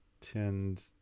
tend